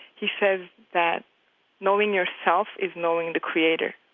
he says that knowing yourself is knowing the creator.